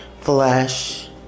flesh